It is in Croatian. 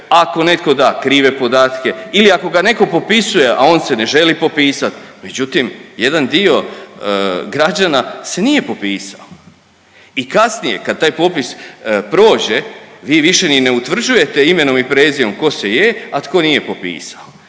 ako netko da krive podatke ili ako ga netko popisuje a on se ne želi popisat. Međutim, jedan dio građana se nije popisao. I kasnije kad taj popis prođe vi više ni ne utvrđujete imenom i prezimenom tko se je, a tko nije popisao,